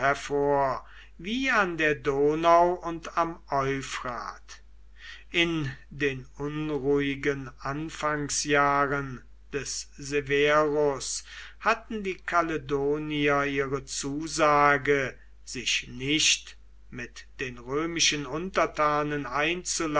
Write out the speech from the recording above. hervor wie an der donau und am euphrat in den unruhigen anfangsjahren des severus hatten die kaledonier ihre zusage sich nicht mit den römischen untertanen